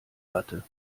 latte